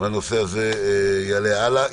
הנושא הזה יעלה הלאה.